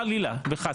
חלילה וחס,